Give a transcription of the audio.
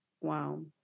Wow